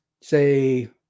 say